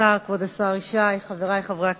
תודה, כבוד השר ישי, חברי חברי הכנסת,